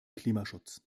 klimaschutz